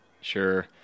Sure